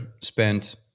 spent